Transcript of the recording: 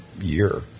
year